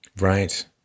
Right